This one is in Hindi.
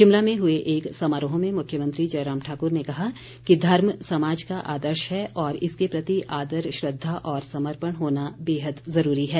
शिमला में हुए एक समारोह में मुख्यमंत्री जयराम ठाकुर ने कहा कि धर्म समाज का आदर्श है और इसके प्रति आदर श्रद्वा और समर्पण होना बेहद ज़रूरी है